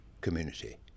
community